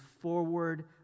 forward